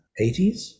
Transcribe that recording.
80s